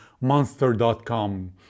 monster.com